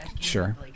Sure